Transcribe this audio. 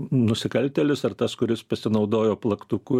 nusikaltėlis ar tas kuris pasinaudojo plaktuku